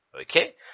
Okay